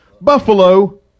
Buffalo